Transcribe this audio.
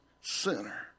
sinner